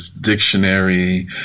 dictionary